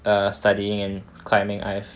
err studying and climbing I've